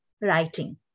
writing